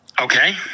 Okay